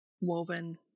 woven